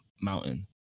mountain